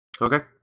Okay